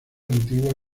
antigua